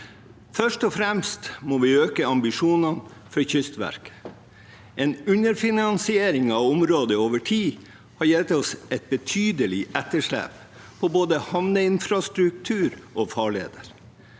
Først og fremst må vi øke ambisjonene for Kystverket. En underfinansiering av området over tid har gitt oss et betydelig etterslep på både havneinfrastruktur og farleder.